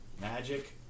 Magic